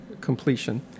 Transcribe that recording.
completion